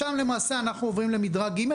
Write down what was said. שם למעשה אנחנו עוברים למדרג ג',